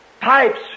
pipes